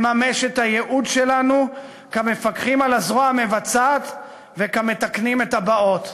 לממש את הייעוד שלנו כמפקחים על הזרוע המבצעת וכמתקנים את הבאות.